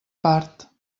part